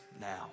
now